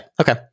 Okay